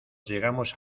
llegamos